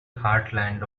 heartland